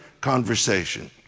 conversation